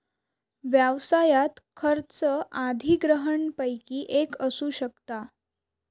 व्यवसायात खर्च अधिग्रहणपैकी एक असू शकता